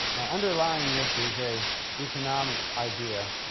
underlying this is a economic idea